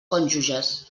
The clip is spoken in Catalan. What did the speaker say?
cònjuges